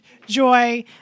Joy